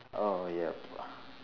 oh yup